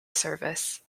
service